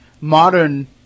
modern